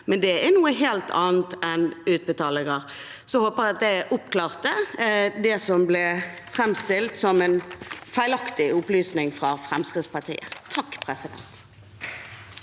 men det er noe helt annet enn utbetalinger. Jeg håper at det oppklarte det som ble framstilt som en feilaktig opplysning fra Fremskrittspartiet. Nils T.